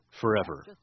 forever